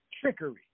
trickery